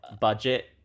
budget